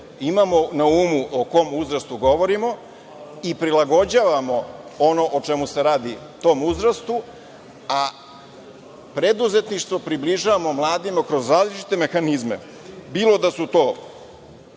imamo na umu o kom uzrastu govorimo i prilagođavamo ono o čemu se radi u tom uzrastu, a preduzetništvo približavamo mladima kroz različite mehanizme, bilo da su to